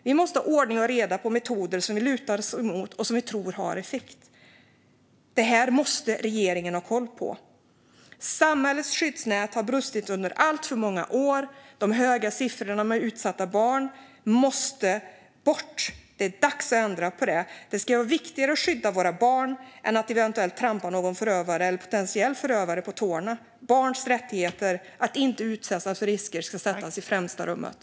Vi måste ha ordning och reda i de metoder som vi lutar oss mot och som vi tror har effekt. Detta måste regeringen ha koll på. Samhällets skyddsnät har brustit under alltför många år. De höga siffrorna över utsatta barn måste bort. Det är dags att ändra på detta. Det ska vara viktigare att skydda våra barn än att undvika att trampa en potentiell förövare på tårna. Barns rätt att inte utsättas för risker ska sättas i främsta rummet.